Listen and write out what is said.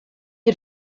der